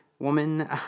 woman